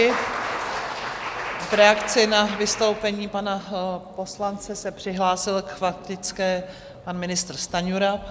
V reakci na vystoupení pana poslance se přihlásil k faktické pan ministr Stanjura.